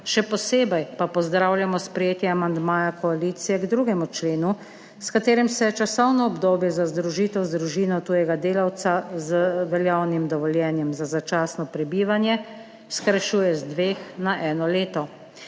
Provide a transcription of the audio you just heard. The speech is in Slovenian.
še posebej pa pozdravljamo sprejetje amandmaja koalicije k 2. členu, s katerim se časovno obdobje za združitev z družino tujega delavca z veljavnim dovoljenjem za začasno prebivanje skrajšuje z dveh na eno leto.